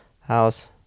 house